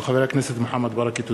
הצעתו של חבר הכנסת מוחמד ברכה.